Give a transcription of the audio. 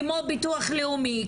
כמו ביטוח לאומי,